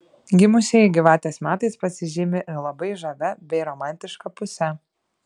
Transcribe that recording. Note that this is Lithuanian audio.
gimusieji gyvatės metais pasižymi ir labai žavia bei romantiška puse